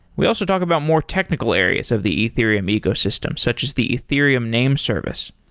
we also talked about more technical areas of the ethereum ecosystem, such as the ethereum name service.